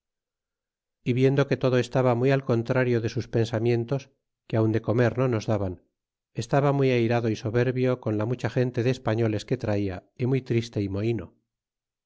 viendo que todo estaba muy al contrario de sus pensamientos que aun de comer no nos daban estaba muy airado y soberbio con la mucha gente de españoles que traia y muy triste y mohino